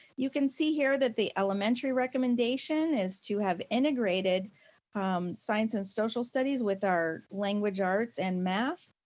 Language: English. you can see here that the elementary recommendation is to have integrated science and social studies with our language arts and math.